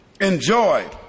enjoy